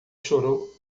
chorou